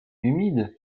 humide